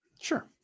sure